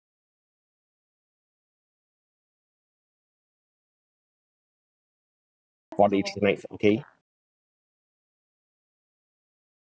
four day three nights okay